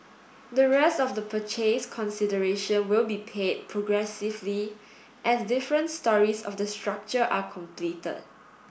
the rest of the purchase consideration will be paid progressively as different storeys of the structure are completed